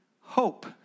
hope